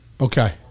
okay